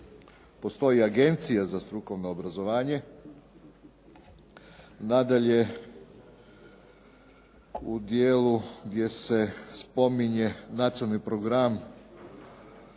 postoje i Agencije za strukovno obrazovanje. Nadalje, u dijelu gdje se spominje nacionalni plan